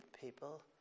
people